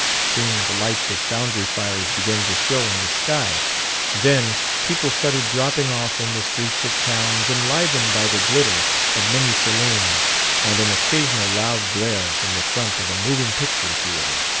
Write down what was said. soon the lights of foundry fires began to show on the sky then people started dropping off in the streets of towns enlivened by the glitter of many saloons and an occasional loud glare from the front of a moving-picture theater.